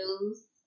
news